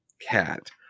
cat